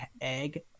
egg